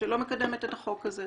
שלא מקדמת את החוק הזה.